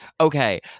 okay